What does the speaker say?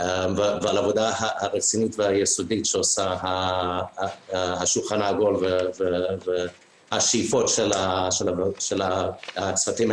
העבודה הרצינית והיסודית שעושה השולחן העגול והשאיפות של הצוותים.